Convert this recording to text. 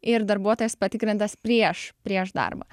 ir darbuotojas patikrintas prieš prieš darbą